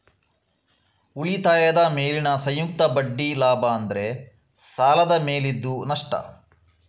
ಉಳಿತಾಯದ ಮೇಲಿನ ಸಂಯುಕ್ತ ಬಡ್ಡಿ ಲಾಭ ಆದ್ರೆ ಸಾಲದ ಮೇಲಿದ್ದು ನಷ್ಟ